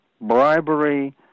bribery